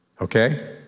okay